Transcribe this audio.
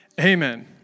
Amen